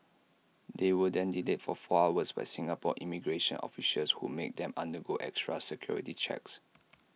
they were then delayed for four hours by Singapore immigration officials who made them undergo extra security checks